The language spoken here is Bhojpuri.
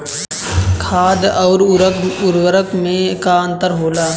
खाद्य आउर उर्वरक में का अंतर होला?